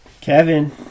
Kevin